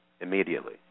immediately